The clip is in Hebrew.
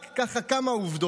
רק כמה עובדות: